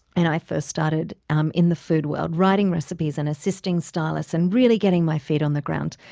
and i first started um in the food world, writing recipes, and assisting stylists and really getting my feet on the ground,